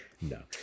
No